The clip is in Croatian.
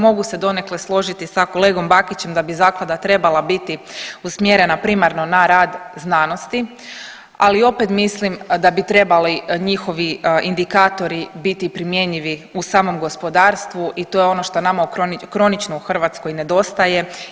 Mogu se donekle složiti sa kolegom Bakićem da bi zaklada trebala biti usmjerena primarno na rad znanosti, ali opet mislim da bi trebali njihovi indikatori biti primjenjivi u samom gospodarstvu i to je ono što nama kronično u Hrvatskoj nedostaje.